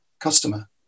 customer